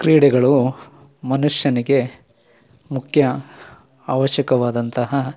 ಕ್ರೀಡೆಗಳು ಮನುಷ್ಯನಿಗೆ ಮುಖ್ಯ ಅವಶ್ಯಕವಾದಂತಹ